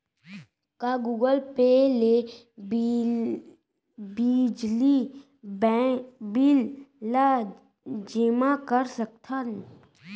का Google Pay ले बिजली बिल ल जेमा कर सकथन?